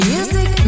Music